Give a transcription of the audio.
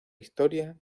historia